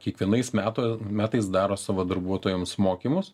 kiekvienais meto metais daro savo darbuotojams mokymus